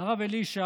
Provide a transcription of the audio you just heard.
את הרב אלישע